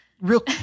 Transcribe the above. real